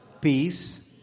Peace